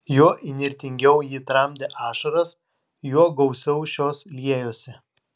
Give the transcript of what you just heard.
juo įnirtingiau ji tramdė ašaras juo gausiau šios liejosi